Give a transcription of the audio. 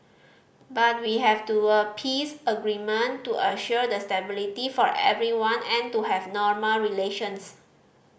but we have to a peace agreement to assure the stability for everyone and to have normal relations